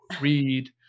read